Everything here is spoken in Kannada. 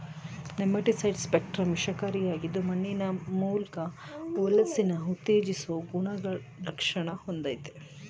ನೆಮಟಿಸೈಡ್ ಸ್ಪೆಕ್ಟ್ರಮ್ ವಿಷಕಾರಿಯಾಗಿದ್ದು ಮಣ್ಣಿನ ಮೂಲ್ಕ ವಲಸೆನ ಉತ್ತೇಜಿಸೊ ಗುಣಲಕ್ಷಣ ಹೊಂದಯ್ತೆ